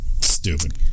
Stupid